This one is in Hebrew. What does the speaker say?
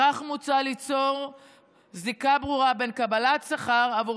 בכך מוצע ליצור זיקה ברורה בין קבלת שכר עבור